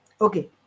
Okay